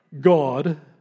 God